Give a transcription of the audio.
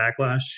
backlash